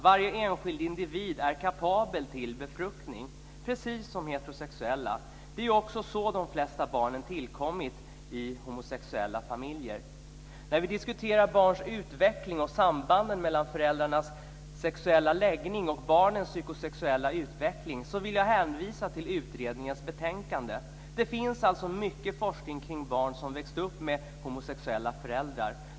Varje enskild individ är kapabel till befruktning, precis som heterosexuella. Det är också så de flesta barnen tillkommit i homosexuella familjer. När vi diskuterar barns utveckling och sambanden mellan föräldrarnas sexuella läggning och barnens psykosexuella utveckling vill jag hänvisa till utredningens betänkande. Det finns mycket forskning kring barn som växt upp med homosexuella föräldrar.